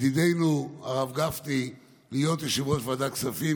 ידידנו הרב גפני להיות יושב-ראש ועדת הכספים,